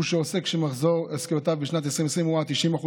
היא שעוסק שמחזור עסקאותיו בשנת 2020 הוא עד 90%